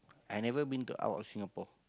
I never been to out of Singapore